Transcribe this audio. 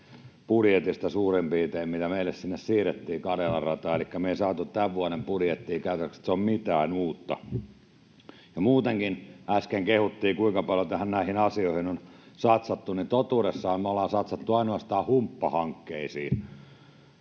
budjetista suurin piirtein se, mitä meille sinne siirrettiin Karjalan rataan, elikkä me ei saatu tämän vuoden budjettiin käytännöllisesti katsoen mitään uutta. Muutenkin kun äsken kehuttiin, kuinka paljon näihin asioihin on satsattu, niin totuudessahan me ollaan satsattu ainoastaan humppahankkeisiin,